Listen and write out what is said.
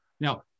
Now